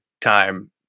time